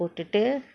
போட்டுட்டு:potutu